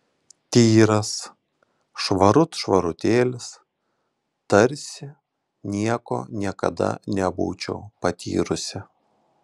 tyras švarut švarutėlis tarsi nieko niekada nebūčiau patyrusi